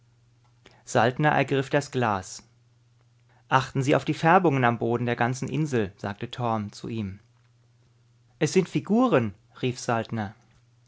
saltner ergriff das glas achten sie auf die färbungen am boden der ganzen insel sagte torm zu ihm es sind figuren rief saltner